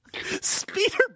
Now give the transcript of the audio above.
Speeder